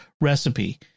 recipe